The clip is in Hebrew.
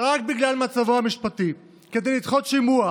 רק בגלל מצבו המשפטי כדי לדחות שימוע,